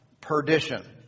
perdition